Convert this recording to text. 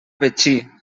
betxí